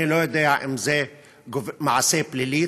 אני לא יודע אם זה מעשה פלילי,